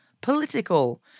political